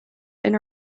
and